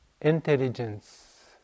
intelligence